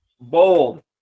Bold